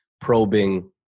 probing